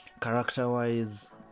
Character-wise